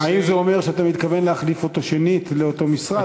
האם זה אומר שאתה מתכוון להחליף אותו שנית באותו משרד?